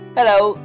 Hello